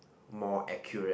more accurate